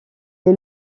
est